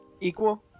Equal